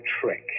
trick